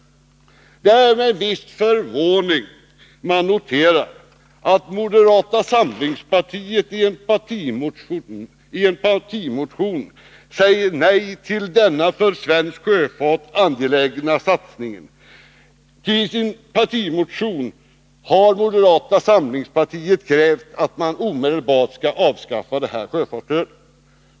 Det är med en viss förvåning man noterar att moderata samlingspartiet i en partimotion säger nej till denna för svensk sjöfart angelägna satsning. I sin partimotion kräver moderata samlingspartiet att sjöfartsstödet omedelbart skall avskaffas.